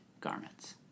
garments